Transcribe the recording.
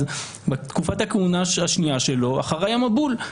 בתקופת הכהונה השנייה שלו אחריי המבול.